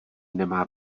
nemá